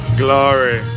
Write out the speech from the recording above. glory